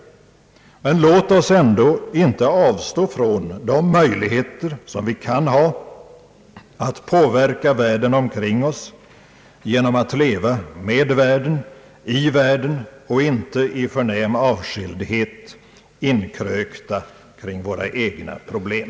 Låt oss ändå inte avstå från de möjligheter som vi kan ha att påverka världen omkring oss genom att leva med världen, i världen och inte 1 förnäm avskildhet, inkrökta kring våra egna problem!